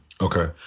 Okay